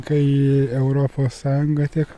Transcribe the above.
kai europos sąjunga tiek